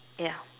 ya